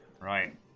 Right